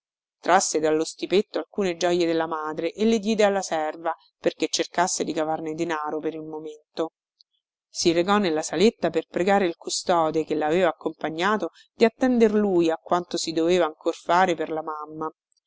trasse dallo stipetto alcune gioje della madre e le diede alla serva perché cercasse di cavarne denaro per il momento si recò nella saletta per pregare il custode che laveva accompagnato di attender lui a quanto si doveva ancor fare per la mamma